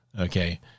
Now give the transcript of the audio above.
Okay